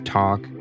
talk